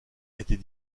était